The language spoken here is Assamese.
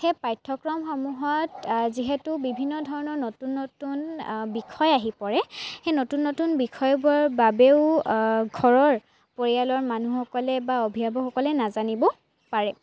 সেই পাঠ্যক্ৰমসমূহত যিহেতু বিভিন্ন ধৰণৰ নতুন নতুন বিষয় আহি পৰে সেই নতুন নতুন বিষয়বোৰৰ বাবেও ঘৰৰ পৰিয়ালৰ মানুহসকলে বা অভিভাৱকসকলে নাজানিব পাৰে